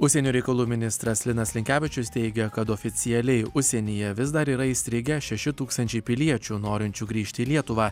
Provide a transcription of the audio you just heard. užsienio reikalų ministras linas linkevičius teigė kad oficialiai užsienyje vis dar yra įstrigę šeši tūkstančiai piliečių norinčių grįžti į lietuvą